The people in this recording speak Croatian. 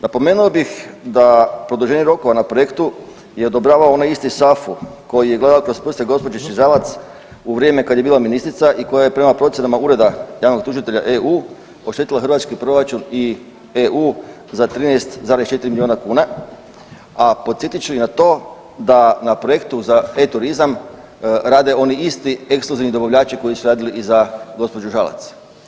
Napomenuo bih da produženje rokova na projektu je odobrava onaj isti SAFU koji je gledao kroz prste gospođi Žalac u vrijeme kad je bila ministrica i koja je prema procjenama Ureda javnog tužitelja EU oštetila hrvatski proračun i EU za 13,4 milijuna kuna, a podsjetit ću i na to da na projektu za e-turizam rade oni isti ekskluzivni dobavljači koji su radili i za gospođu Žalac.